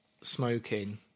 smoking